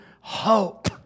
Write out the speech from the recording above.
hope